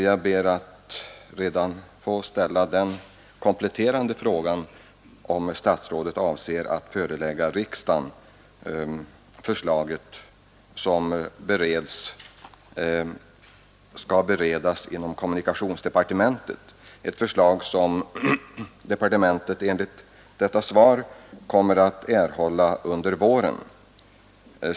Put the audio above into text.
Jag ber att redan nu få ställa den kompletterande frågan, om statsrådet avser att förelägga riksdagen det förslag som skall beredas inom kommunikationsdepartementet — ett förslag som departementet enligt svaret kommer att erhålla under våren från televerket.